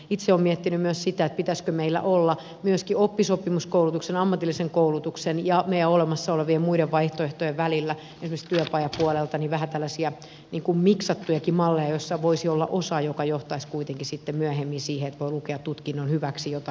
itse olen miettinyt myös sitä pitäisikö meillä olla myöskin oppisopimuskoulutuksen ammatillisen koulutuksen ja meidän olemassa olevien muiden vaihtoehtojen välillä esimerkiksi työpajapuolelta vähän tällaisia miksattujakin malleja joissa voisi olla osa joka johtaisi kuitenkin sitten myöhemmin siihen että voi lukea tutkinnon hyväksi joitain kokonaisuuksia